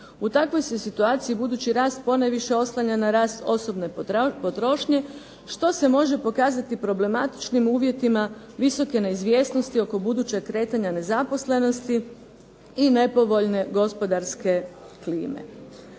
U takvoj se situaciji budući rast ponajviše oslanja na rast osobne potrošnje što se može pokazati problematičnim u uvjetima visoke neizvjesnosti oko budućeg kretanja nezaposlenosti i nepovoljne gospodarske klime.